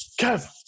Kev